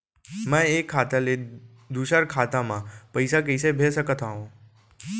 मैं एक खाता ले दूसर खाता मा पइसा कइसे भेज सकत हओं?